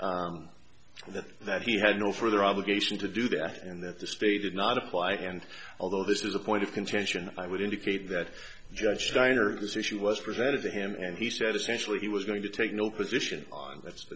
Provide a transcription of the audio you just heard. that that he had no further obligation to do that and that the state did not apply and although this is a point of contention i would indicate that judge diner this issue was presented to him and he said essentially he was going to take no position on th